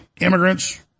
immigrants